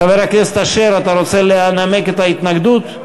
חבר הכנסת אשר, אתה רוצה לנמק את ההתנגדות?